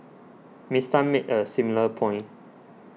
Miss Tan made a similar point